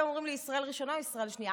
אומרים לי: ישראל ראשונה או ישראל שנייה.